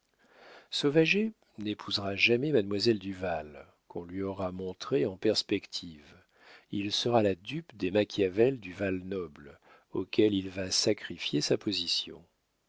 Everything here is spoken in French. n'épousera jamais mademoiselle duval qu'on lui aura montrée en perspective il sera la dupe des machiavels du val-noble auxquels il va sacrifier sa position